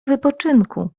wypoczynku